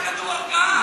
אולי תיקח כדור הרגעה?